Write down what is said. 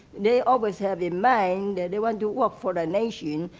they always have in mind they want to work for the nation.